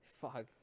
Fuck